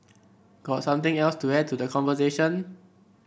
got something else to add to the conversation